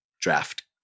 draft